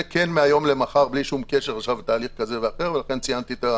זה כן מהיום למחר בלי שום קשר לתהליך כזה ואחר לכן ציינתי אתך